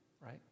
right